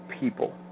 people